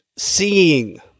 seeing